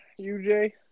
UJ